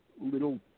little